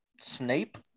Snape